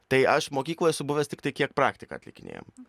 tai aš mokykloj esu buvęs tiktai kiek praktiką atlikinėjom